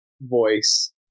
voice